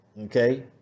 Okay